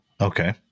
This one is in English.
Okay